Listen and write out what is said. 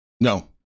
No